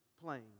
playing